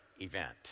event